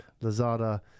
Lazada